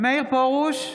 מאיר פרוש,